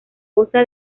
costa